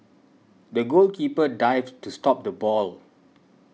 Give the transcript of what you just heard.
the goalkeeper dived to stop the ball